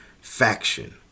faction